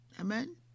Amen